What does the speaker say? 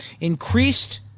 increased